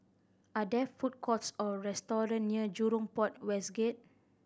are there food courts or restaurant near Jurong Port West Gate